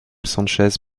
sánchez